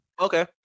Okay